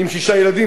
עם שישה ילדים,